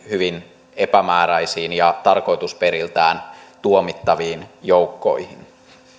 hyvin epämääräisiin ja tarkoitusperiltään tuomittaviin joukkoihin